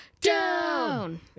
down